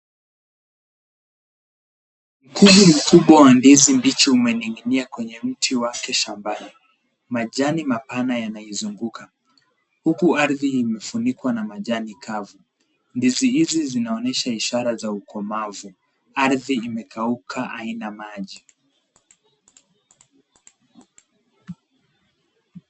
Mkungu mkubwa wa ndizi mbichi umening'inia kwenye mti wake shambani. Majani mapana yanaizunguka, huku ardhi imefunikwa na majani kavu. Ndizi hizi zinaonyesha ishara za ukomavu. Ardhi imekauka haina maji.